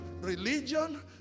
religion